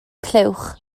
clywch